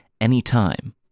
anytime